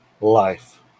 life